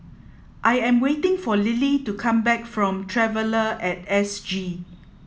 I am waiting for Lily to come back from Traveller at S G